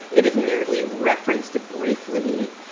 it is merely reference to briefly.